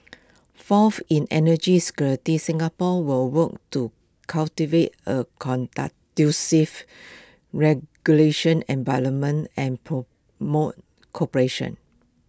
fourth in energy security Singapore will work to cultivate A regulation environment and promote cooperation